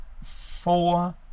four